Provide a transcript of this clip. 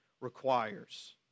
requires